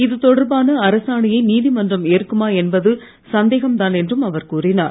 இது தொடர்பான அரசாணையை நீதிமன்றம் ஏற்குமா என்பது சந்தேகம்தான் என்றும் அவர் கூறிஞர்